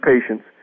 patients